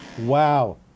Wow